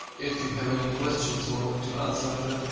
if you have any questions or want to add something,